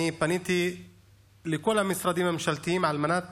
אני פניתי לכל המשרדים הממשלתיים על מנת